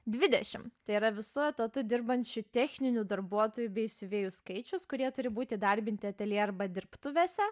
dvidešim tai yra visu etatu dirbančių techninių darbuotojų bei siuvėjų skaičius kurie turi būti įdarbinti ateljė arba dirbtuvėse